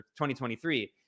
2023